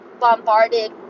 bombarded